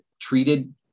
treated